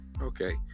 okay